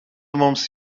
mums